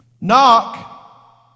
Knock